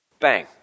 Bang